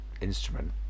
instrument